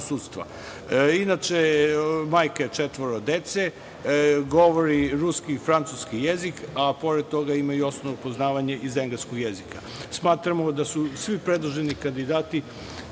Inače je majka četvoro dece, govori ruski i francuski jezik, a pored toga ima osnovno poznavanje iz engleskog jezika. Smatramo da su svi predloženi kandidati